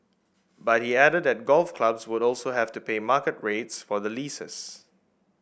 but he added that golf clubs would also have to pay market rates for the leases